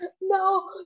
No